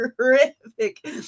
Terrific